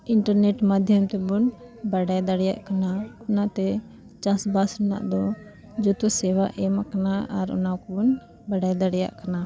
internet ᱢᱟᱫᱽᱫᱷᱚᱢ ᱛᱮᱵᱚᱱ ᱵᱟᱰᱟᱭ ᱫᱟᱲᱮᱭᱟᱜ ᱠᱟᱱᱟ ᱚᱱᱟᱛᱮ ᱪᱟᱥᱵᱟᱥ ᱨᱮᱱᱟᱜ ᱫᱚ ᱡᱚᱛᱚ ᱥᱮᱵᱟ ᱮᱢ ᱟᱠᱟᱱᱟ ᱟᱨ ᱚᱱᱟ ᱠᱚᱵᱚᱱ ᱵᱟᱰᱟᱭ ᱫᱟᱲᱮᱭᱟᱜ ᱠᱟᱱᱟ